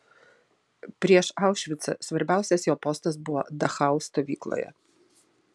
prieš aušvicą svarbiausias jo postas buvo dachau stovykloje